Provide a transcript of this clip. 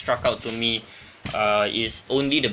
struck out to me uh is only the